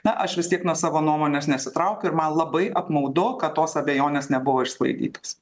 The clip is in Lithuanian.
na aš vis tiek nuo savo nuomonės nesitraukiu ir man labai apmaudu kad tos abejonės nebuvo išsklaidytos